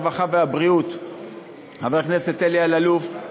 הרווחה והבריאות חבר הכנסת אלי אלאלוף,